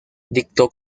dictó